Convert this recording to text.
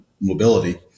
mobility